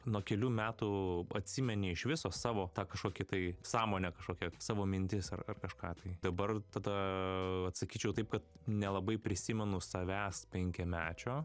nuo kelių metų atsimeni iš viso savo tą kažkokį tai sąmonę kažkokią savo mintis ar kažką tai dabar tada atsakyčiau taip kad nelabai prisimenu savęs penkiamečio